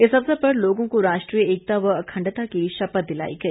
इस अवसर पर लोगों को राष्ट्रीय एकता व अखंडता की शपथ दिलाई गई